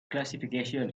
classification